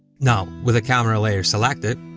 now, with the camera layer selected,